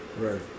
Right